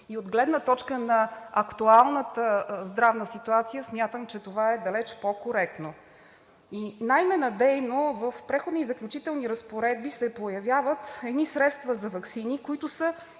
и от гледна точка на актуалната здравна ситуация смятам, че това е далеч по-коректно. Най-ненадейно в Преходните и заключителните разпоредби се появяват едни средства за ваксини, които са